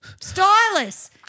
Stylus